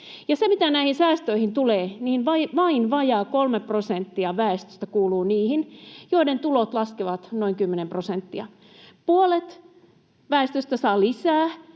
Ja mitä näihin säästöihin tulee: Vain vajaa 3 prosenttia väestöstä kuuluu niihin, joiden tulot laskevat noin 10 prosenttia. Puolet väestöstä saa lisää